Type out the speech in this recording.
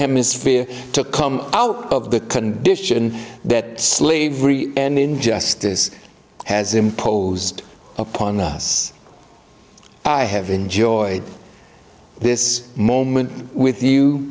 hemisphere to come out of the condition that slavery and injustice has imposed upon us i have enjoyed this moment with you